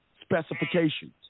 specifications